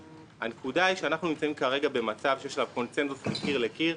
הנקודה היא שאנחנו נמצאים כרגע במצב שיש עליו קונצנזוס מקיר לקיר,